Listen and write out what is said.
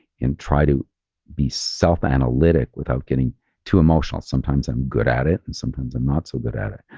and try to be self-analytic without getting too emotional. sometimes i'm good at it and sometimes i'm not so good at it.